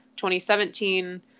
2017